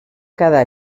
quedar